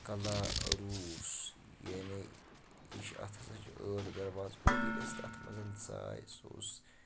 کَلاروٗس یعنی یہِ چھِ اتھ ہسا چھِ ٲٹھ دہ دروازٕ اور ییٚلہِ أسۍ تَتھ منٛز ژایہِ سُہ اوس